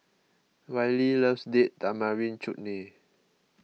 Wylie loves Date Tamarind Chutney